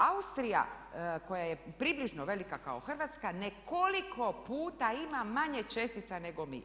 Dakle, Austrija koja je približno velika kao Hrvatska nekoliko puta ima manje čestica nego mi.